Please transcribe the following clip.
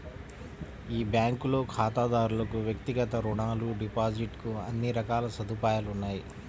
ఈ బ్యాంకులో ఖాతాదారులకు వ్యక్తిగత రుణాలు, డిపాజిట్ కు అన్ని రకాల సదుపాయాలు ఉన్నాయి